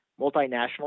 multinational